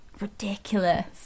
ridiculous